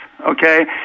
okay